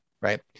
Right